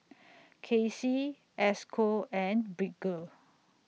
Casie Esco and Bridger